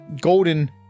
golden